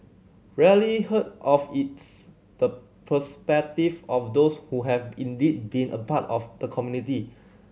rarely heard of its the perspective of those who have indeed been a part of the community